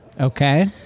Okay